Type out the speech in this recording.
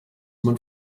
man